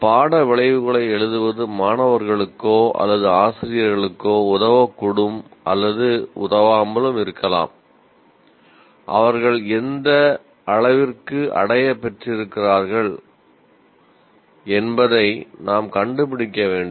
பாட விளைவுகளை எழுதுவது மாணவர்களுக்கோ அல்லது ஆசிரியர்களுக்கோ உதவக்கூடும் அல்லது உதவாமலும் இருக்கலாம் அவர்கள் எந்த அளவிற்கு அடையப்பெற்றிருக்கிறார்கள் என்பதை நாம் கண்டுபிடிக்க வேண்டும்